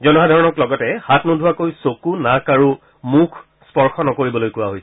জনসাধাৰণক লগতে হাত নোধোৱাকৈ চকু নাক আৰু মুখ স্পৰ্শ নকৰিবলৈ কোৱা হৈছে